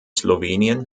slowenien